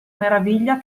meraviglia